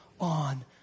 on